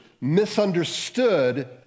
misunderstood